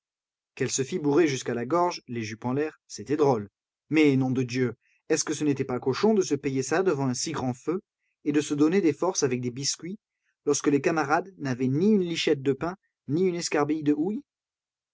qu'elle se fît bourrer jusqu'à la gorge les jupes en l'air c'était drôle mais nom de dieu est-ce que ce n'était pas cochon de se payer ça devant un si grand feu et de se donner des forces avec des biscuits lorsque les camarades n'avaient ni une lichette de pain ni une escarbille de houille